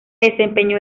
desempeñó